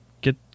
get